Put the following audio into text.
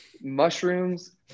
mushrooms